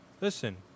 Listen